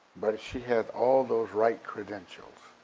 but she has all those right credentials.